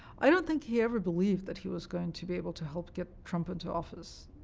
i don't think he ever believed that he was going to be able to help get trump into office.